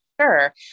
Sure